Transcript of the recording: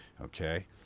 Okay